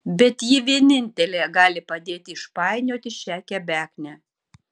bet ji vienintelė gali padėti išpainioti šią kebeknę